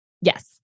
yes